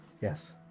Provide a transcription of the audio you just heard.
Yes